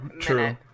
true